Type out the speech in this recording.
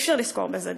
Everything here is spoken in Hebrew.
אי-אפשר לשכור בזה דירה.